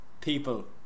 people